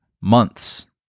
months